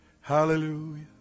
Hallelujah